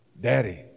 Daddy